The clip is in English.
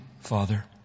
Father